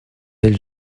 elle